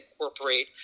incorporate